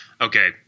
Okay